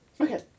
Okay